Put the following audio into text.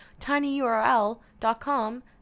tinyurl.com